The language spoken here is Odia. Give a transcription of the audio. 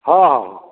ହଁ